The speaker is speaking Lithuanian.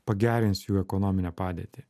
pagerins jų ekonominę padėtį